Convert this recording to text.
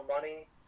money